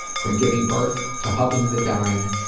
from giving birth to hugging the dying,